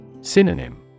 Synonym